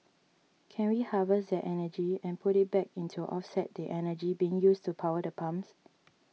can we harvest that energy and put it back in to offset the energy being used to power the pumps